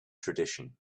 tradition